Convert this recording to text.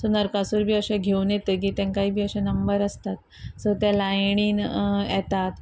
so Narakasur बी अशे घेवन येतगीर तांकांय बी अशे नंबर आसतात सो ते लायणीन येतात